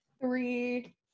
three